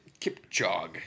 Kipchog